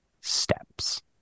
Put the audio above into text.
steps